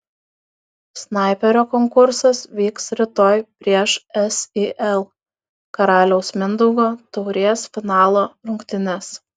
snaiperio konkursas vyks rytoj prieš sil karaliaus mindaugo taurės finalo rungtynes